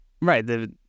Right